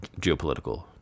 geopolitical